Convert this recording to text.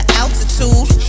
altitude